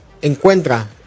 encuentra